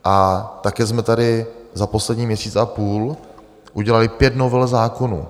A také jsme tady za poslední měsíc a půl udělali pět novel zákonů.